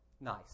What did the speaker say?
nice